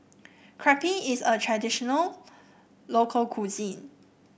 crepe is a traditional local cuisine